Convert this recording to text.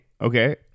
okay